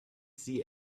see